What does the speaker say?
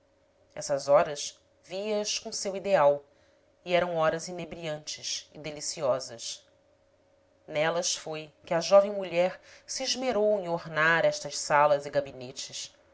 essas horas via as com seu ideal e eram horas inebriantes e deliciosas nelas foi que a jovem mulher se esmerou em ornar estas salas e gabinetes